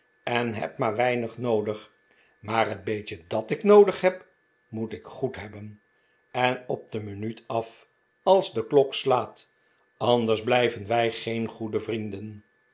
en heb maar weinig noodig maar het beetje dat ik noodig heb moet ik goed hebben en op de minuut af als de klok slaat anders blijven wij geen goede vrienden